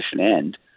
end